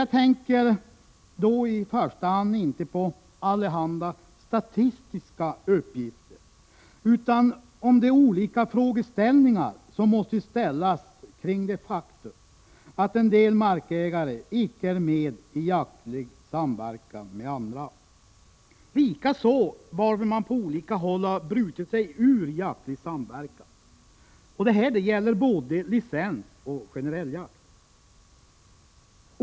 Då tänker jag inte i första hand på allehanda statistiska uppgifter utan på de olika frågeställningar som måste uppstå kring det faktum att en del markägare icke är med i jaktlig samverkan tillsammans med andra, likaså varför man på olika håll har brutit sig ur jaktlig samverkan. Detta gäller både licensjakt och generell jakt.